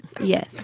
Yes